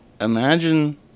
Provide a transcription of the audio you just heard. Imagine